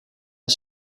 een